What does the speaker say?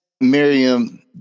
Miriam